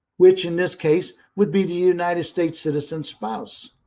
which in this case would be the united states citizen spouse.